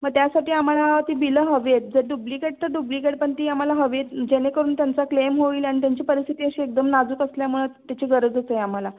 मग त्यासाठी आम्हाला ती बिलं हवी आहेत जर डुब्लिकेट तर डुब्लिकेट पण ती आम्हाला हवी आहेत जेणेकरून त्यांचा क्लेम होईल आणि त्यांची परिस्थिती अशी एकदम नाजूक असल्यामुळं त्याची गरजच आहे आम्हाला